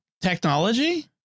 technology